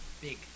big